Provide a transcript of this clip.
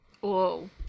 Whoa